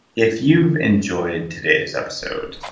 if you've enjoyed today's episode,